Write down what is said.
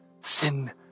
Sin